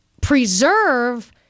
preserve